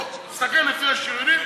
תסתכל לפי השריונים,